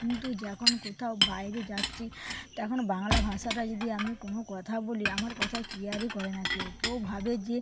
কিন্তু যখন কোথাও বাইরে যাচ্ছি তখন বাংলা ভাষাটা যদি আমি কোনো কথা বলি আমার কথা কেয়ারই করে না কেউ কেউ ভাবে যে